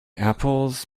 apples